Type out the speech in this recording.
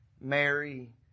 Mary